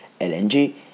LNG